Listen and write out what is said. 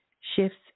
shifts